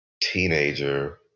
teenager